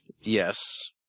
Yes